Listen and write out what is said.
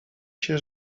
się